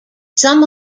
some